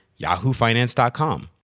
yahoofinance.com